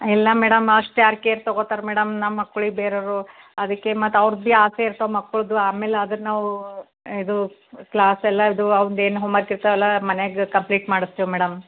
ಇಲ್ಲ ಮೇಡಮ್ ಅಷ್ಟು ಯಾರು ಕೇರ್ ತೊಗೋತಾರೆ ಮೇಡಮ್ ನಮ್ಮ ಮಕ್ಳಿಗೆ ಬೇರೆಯವ್ರು ಅದಕ್ಕೆ ಮತ್ತೆ ಅವ್ರ್ಗೂ ಬೀ ಆಸೆ ಇರ್ತವೆ ಮಕ್ಕಳ್ದು ಆಮೇಲಾದ್ರೆ ನಾವು ಇದು ಕ್ಲಾಸೆಲ್ಲ ಇದು ಅವ್ನ್ದೇನು ಹೋಮರ್ಕ್ ಇರ್ತದ್ಯಲ್ಲ ಅದು ಮನ್ಯಾಗೆ ಕಂಪ್ಲೀಟ್ ಮಾಡಿಸ್ತೇವ್ ಮೇಡಮ್